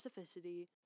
specificity